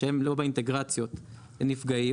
שהם לא באינטגרציות הם נפגעים,